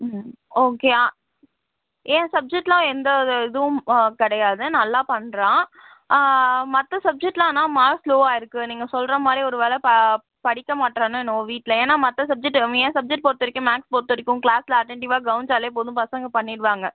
ம் ஓகே ஆ என் சப்ஜெக்ட்டில் எந்த ஒரு இதுவும் கிடையாது நல்லா பண்ணுறான் மற்ற சப்ஜெக்ட்டில் ஆனால் மார்க்ஸ் லோவாக இருக்குது நீங்கள் சொல்கிற மாதிரி ஒரு வேளை பா படிக்க மாற்றானோ என்னவோ வீட்டில் ஏன்னா மற்ற சப்ஜெக்ட்டு என் சப்ஜெக்ட்டு பொறுத்த வரைக்கும் மேக்ஸ் பொறுத்த வரைக்கும் க்ளாஸில் அட்டண்ட்டீவ்வாக கவனிச்சால் போதும் பசங்க பண்ணிடுவாங்க